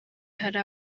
hari